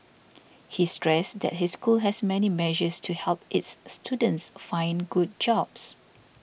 he stressed that his school has many measures to help its students find good jobs